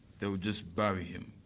they would just bury him.